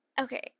okay